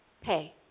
pay